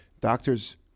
doctors